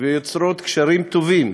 ויוצרות קשרים טובים